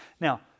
Now